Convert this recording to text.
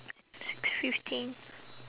six fifteen